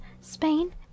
Spain